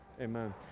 Amen